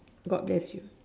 God bless you